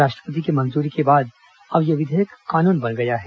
राष्ट्रपति की मंजूरी के बाद अब यह विधेयक कानून बन गया है